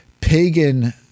pagan